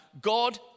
God